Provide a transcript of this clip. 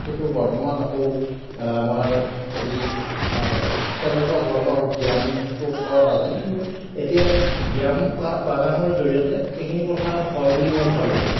কিন্তু বৰ্তমান আকৌ আমাৰ হেৰি তেনেকুৱা ধৰণৰ ধ্যানটো কৰা নাযায় কিন্তু এতিয়া ব্যায়াম বা প্ৰাণায়ামৰ জড়িয়তে এইখিনি কথা হয় বুলি মই ভাবোঁ